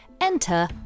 Enter